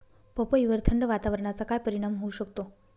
पपईवर थंड वातावरणाचा काय परिणाम होऊ शकतो?